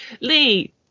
Lee